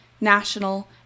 national